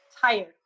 tired